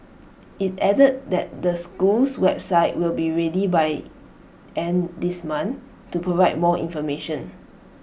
IT added that the school's website will be ready by end this month to provide more information